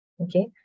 okay